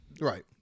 Right